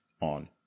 on